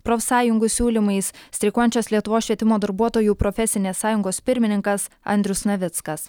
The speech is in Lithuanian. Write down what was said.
profsąjungų siūlymais streikuojančios lietuvos švietimo darbuotojų profesinės sąjungos pirmininkas andrius navickas